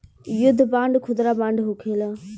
युद्ध बांड खुदरा बांड होखेला